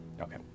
Okay